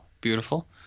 Beautiful